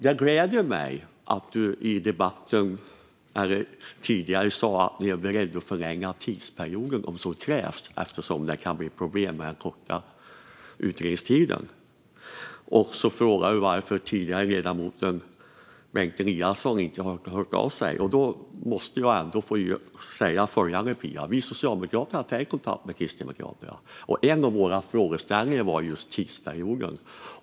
Det gläder mig att ledamoten tidigare i debatten sa att man är beredd att förlänga tidsperioden om så krävs eftersom det kan bli problem med den korta utredningstiden. Du frågade också tidigare varför Bengt Eliasson inte har hört av sig. Då måste jag ändå säga att vi socialdemokrater har tagit kontakt med Kristdemokraterna. Och en av våra frågeställningar handlade om just tidsperioden.